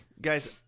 Guys